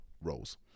roles